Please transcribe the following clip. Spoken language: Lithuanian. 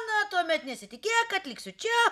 na tuomet nesitikėk kad liksiu čia